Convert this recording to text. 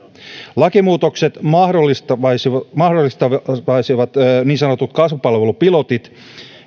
lakimuutokset mahdollistaisivat mahdollistaisivat niin sanotut kasvupalvelupilotit